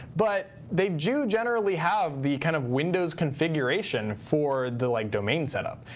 but they do generally have the kind of windows configuration for the like domain setup.